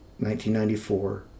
1994